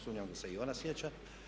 Sumnjam da se i ona sjeća.